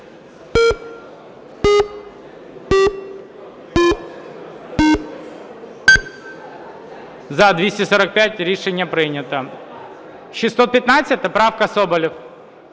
За-245 Рішення прийнято. 615 правка. Соболєв.